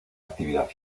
actividad